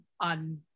on